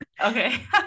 Okay